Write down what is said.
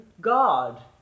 god